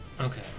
Okay